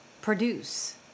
Produce